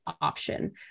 option